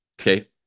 Okay